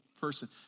person